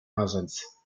hazards